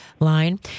line